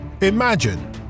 Imagine